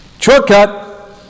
shortcut